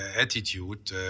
attitude